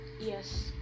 yes